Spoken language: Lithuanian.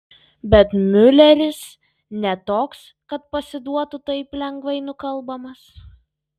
bet miuleris ne toks kad pasiduotų taip lengvai nukalbamas